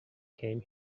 came